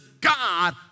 God